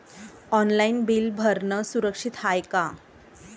Online bill भरनं सुरक्षित हाय का?